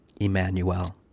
Emmanuel